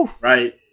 Right